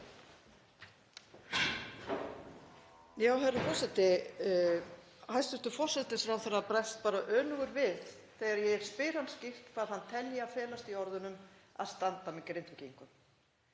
Herra forseti. Hæstv. forsætisráðherra bregst bara önugur við þegar ég spyr hann skýrt hvað hann telji að eigi felast í orðunum að standa með Grindvíkingum.